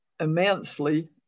immensely